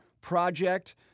project